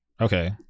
Okay